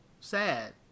sad